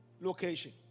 location